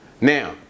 now